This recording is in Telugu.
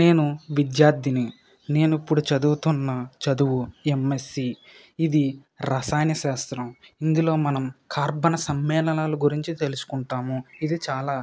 నేను విద్యార్థిని నేను ఇప్పుడు చదువుతున్న చదువు ఏంఎస్సీ ఇది రసాయన శాస్త్రం ఇందులో మనం కార్బన్ సమ్మేళనలు గురించి తెలుసుకుంటాము ఇది చాలా